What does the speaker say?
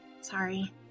Sorry